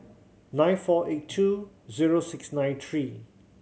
nine four eight two zero six nine three